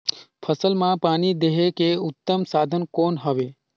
फसल मां पानी देहे के उत्तम साधन कौन हवे?